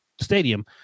stadium